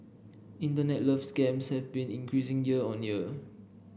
internet love scams have been increasing year on year